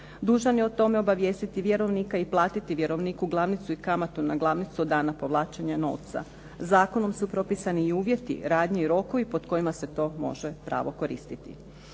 Dužan je o tome obavijestiti vjerovnika i platiti vjerovniku glavnicu i kamatu na glavnicu od dana povlačenja novca. Zakonom su propisani i uvjeti, radnje i rokovi pod kojima se to može pravo koristiti.